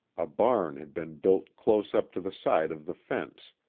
a barn had been built close up to the side of the fence,